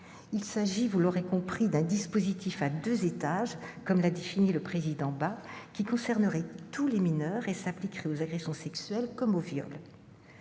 Il s'agit, vous l'aurez compris, mes chers collègues, d'un « dispositif à deux étages », comme l'a défini le président Philippe Bas, qui concernera tous les mineurs et s'appliquera aux agressions sexuelles comme aux viols.